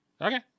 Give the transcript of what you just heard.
Okay